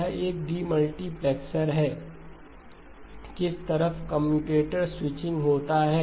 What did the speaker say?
यह एक डीमल्टीप्लेक्सर है किस तरफ कम्यूटेटर स्विचिंग होता है